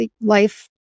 life